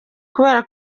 kubera